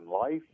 life